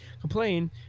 complain